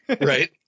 Right